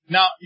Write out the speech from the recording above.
Now